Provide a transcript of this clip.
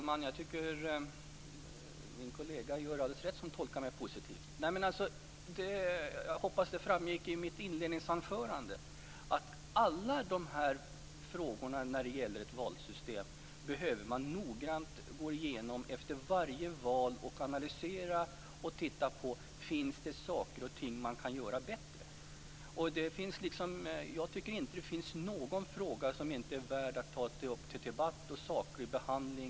Fru talman! Min kollega gör alldeles rätt som tolkar mig positivt. Jag hoppas att det framgick i mitt inledningsanförande att alla frågor när det gäller ett valsystem behöver noggrant gås igenom efter varje val. Man skall göra en analys och se om det finns saker och ting som kan göras bättre. Jag tycker inte att det finns någon fråga som inte är värd att ta upp till debatt och saklig behandling.